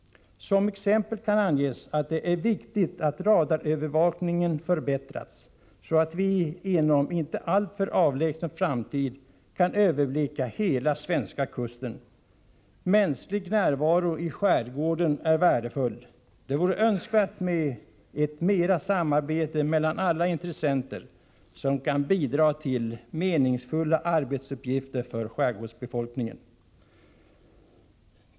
Som exempel kan anges att det är viktigt att radarövervakningen förbättras, så att vi inom en inte alltför avlägsen framtid kan överblicka hela svenska kusten. Mänsklig närvaro i skärgården är värdefull. Det vore önskvärt med ett nära samarbete mellan alla intressenter som kan bidra till meningsfulla arbetsuppgifter för skärgårdsbefolkningen.